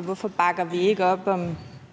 næstformand (Karen